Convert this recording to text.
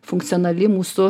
funkcionali mūsų